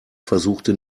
versuchte